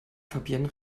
fabienne